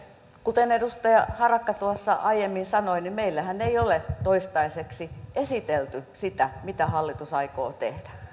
kuten edustaja harakka tuossa aiemmin sanoi meillehän ei ole toistaiseksi esitelty sitä mitä hallitus aikoo tehdä